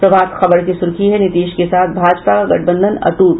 प्रभात खबर की सुर्खी है नीतीश के साथ भाजपा का गठबंधन अट्रट